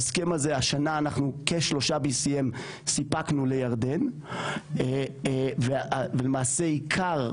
השנה אנחנו כ-BCM3 סיפקנו לירדן ולמעשה עיקר